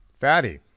Fatty